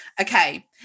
Okay